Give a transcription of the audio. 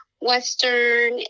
Western